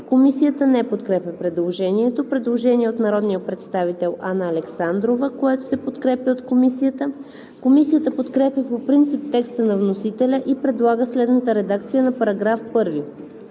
Комисията не подкрепя предложението. Предложение на народния представител Анна Александрова. Комисията подкрепя предложението. Комисията подкрепя по принцип текста на вносителя и предлага следната редакция на § 1: „§ 1.